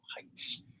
Heights